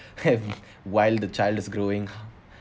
while the child is growing